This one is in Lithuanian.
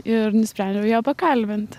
ir nusprendėm ją pakalbint